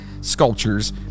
sculptures